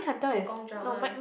Hong-Kong drama leh